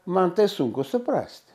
man sunku suprasti